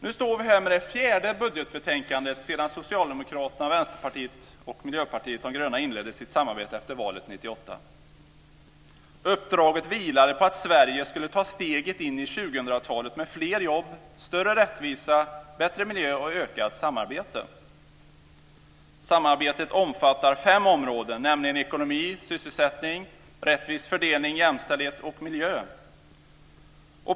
Nu står vi här med det fjärde budgetbetänkandet sedan Socialdemokraterna, Vänsterpartiet och Miljöpartiet de gröna inledde sitt samarbete efter valet 1998. Uppdraget vilade på att Sverige skulle ta steget in i 2000-talet med fler jobb, större rättvisa, bättre miljö och ökat samarbete. Samarbetet omfattar fem områden, nämligen ekonomi, sysselsättning, rättvis fördelning, jämställdhet och miljö.